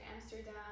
Amsterdam